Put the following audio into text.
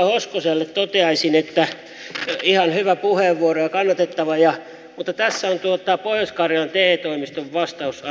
edustaja hoskoselle toteaisin että ihan hyvä ja kannatettava puheenvuoro mutta tässä on pohjois karjalan te toimiston vastaus asiantuntijalausuntopyyntöön